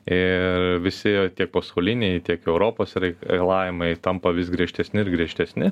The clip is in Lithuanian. ir visi tiek pasauliniai tiek europos reikalavimai tampa vis griežtesni ir griežtesni